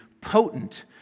potent